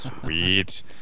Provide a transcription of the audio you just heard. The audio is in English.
Sweet